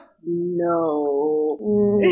No